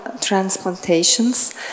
transplantations